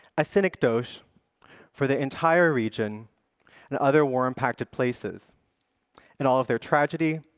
a synecdoche for the entire region and other war-impacted places and all of their tragedy,